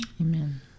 Amen